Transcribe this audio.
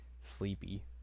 Sleepy